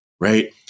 right